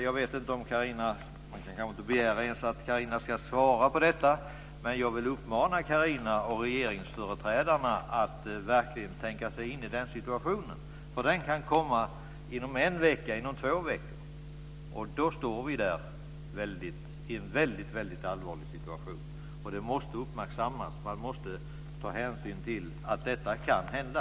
Jag kan inte begära att Carina ska svara på detta, men jag vill uppmana Carina och regeringsföreträdarna att verkligen tänka sig in i den situationen. Den kan komma redan inom en eller två veckor, och då står vi i en väldigt allvarlig situation. Detta måste uppmärksammas. Man måste ta hänsyn till att detta kan hända.